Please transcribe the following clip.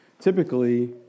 typically